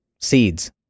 Seeds